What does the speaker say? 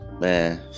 Man